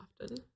often